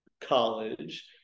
college